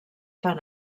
fan